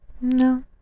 No